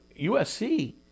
USC